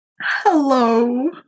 Hello